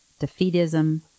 defeatism